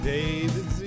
David